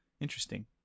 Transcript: Interesting